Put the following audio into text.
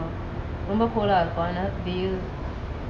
that the ரொம்ப:romba cold eh இருக்கும் அனா வெயில்:irukum ana veyel